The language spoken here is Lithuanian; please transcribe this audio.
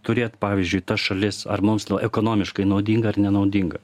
turėt pavyzdžiui tas šalis ar mums ekonomiškai naudinga ar nenaudinga